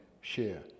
share